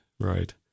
right